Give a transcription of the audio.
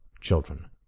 children